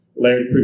Larry